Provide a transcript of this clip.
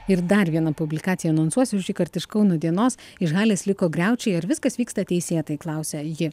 ir dar vieną publikaciją anonsuosiu šįkart iš kauno dienos iš halės liko griaučiai ir viskas vyksta teisėtai klausia ji